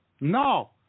No